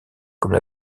comme